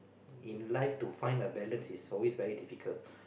in life to find a balance is always very difficult